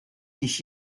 dich